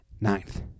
ninth